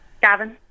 Gavin